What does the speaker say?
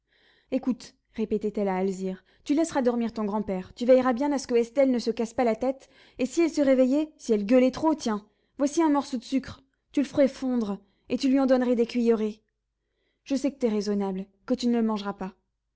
écoute répétait-elle à alzire tu laisseras dormir ton grand-père tu veilleras bien à ce que estelle ne se casse pas la tête et si elle se réveillait si elle gueulait trop tiens voici un morceau de sucre tu le ferais fondre tu lui en donnerais des cuillerées je sais que tu es raisonnable que tu ne le mangeras pas